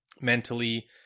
mentally